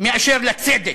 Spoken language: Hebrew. מאשר לצדק,